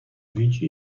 widzi